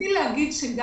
גם היום,